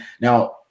now